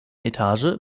etage